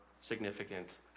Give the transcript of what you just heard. significant